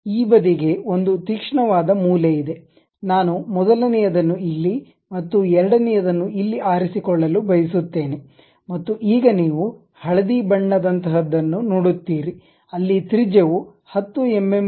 ಈ ಬದಿಗೆ ಒಂದು ತೀಕ್ಷ್ಣವಾದ ಮೂಲೆಯಿದೆ ನಾನು ಮೊದಲನೆಯದನ್ನು ಇಲ್ಲಿ ಮತ್ತು ಎರಡನೆಯದನ್ನು ಇಲ್ಲಿ ಆರಿಸಿಕೊಳ್ಳಲು ಬಯಸುತ್ತೇನೆ ಮತ್ತು ಈಗ ನೀವು ಹಳದಿ ಬಣ್ಣದಂತಹದನ್ನು ನೋಡುತ್ತೀರಿ ಅಲ್ಲಿ ತ್ರಿಜ್ಯವು 10 ಎಂಎಂ ರೀತಿ ಇರುವ ಫಿಲೆಟ್ ಅನ್ನು ತೋರಿಸುತ್ತಿದೆ